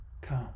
come